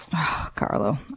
Carlo